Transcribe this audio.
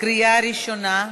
לקריאה ראשונה.